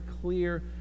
clear